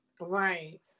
Right